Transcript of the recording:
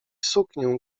suknię